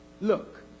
Look